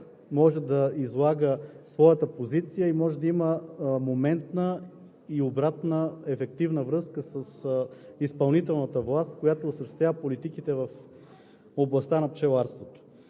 може да излага своята позиция и може да има моментна и обратна ефективна връзка с изпълнителната власт, която осъществява политиките в областта на пчеларството.